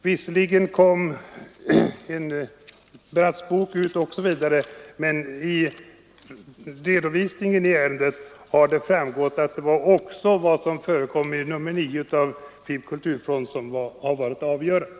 Visserligen kom Bratts bok ut osv., men av redovisningen för ärendet har det framgått att också vad som förekom i nr 9 av FiB/Kulturfront var avgörande.